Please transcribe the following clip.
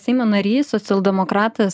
seimo narys socialdemokratas